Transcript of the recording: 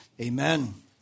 amen